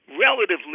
relatively